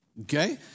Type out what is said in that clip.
Okay